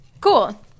Cool